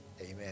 Amen